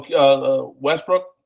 Westbrook